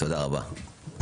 תודה רבה.